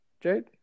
Jade